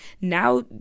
Now